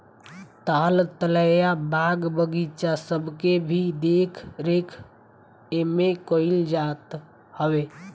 ताल तलैया, बाग बगीचा सबके भी देख रेख एमे कईल जात हवे